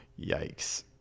Yikes